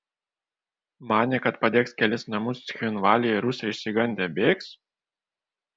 manė kad padegs kelis namus cchinvalyje ir rusai išsigandę bėgs